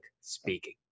Speaking